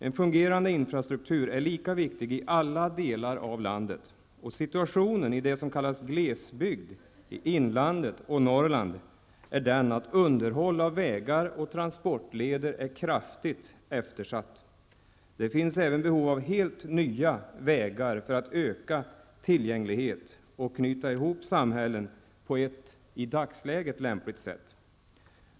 En fungerande infrastruktur är lika viktig i alla delar av landet. Situationen i det som kallas glesbygd, i inlandet och Norrland, är den att underhållet av vägar och transportleder är kraftigt eftersatt. Det finns även behov av helt nya vägar för att öka tillgänglighet och knyta ihop samhällen på ett i dagsläget lämpligt sätt.